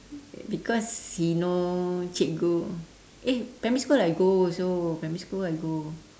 because he know cikgu eh primary school I go also primary school I go